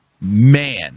man